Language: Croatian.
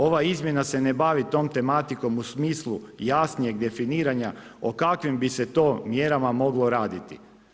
Ova izmjena se ne bavi tom tematikom u smislu jasnijeg definiranja o kakvim bi se to mjerama moglo raditi.